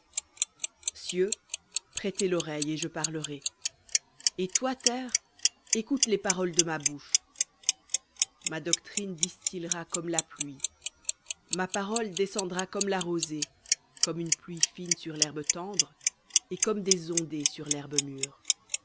cieux prêtez l'oreille et je parlerai et terre écoute les paroles de ma bouche ma doctrine distillera comme la pluie ma parole descendra comme la rosée comme une pluie fine sur l'herbe tendre et comme des ondées sur l'herbe mûre